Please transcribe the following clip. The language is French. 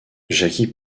jackie